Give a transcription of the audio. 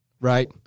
right